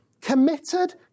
committed